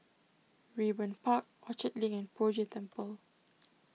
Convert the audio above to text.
Raeburn Park Orchard Link and Poh Jay Temple